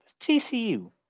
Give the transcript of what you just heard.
TCU